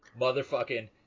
motherfucking